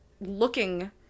looking